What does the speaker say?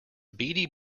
beady